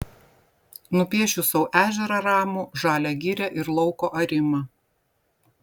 nupiešiu sau ežerą ramų žalią girią ir lauko arimą